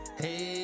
hey